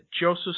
Joseph